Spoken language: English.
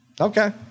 Okay